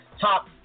top